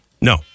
No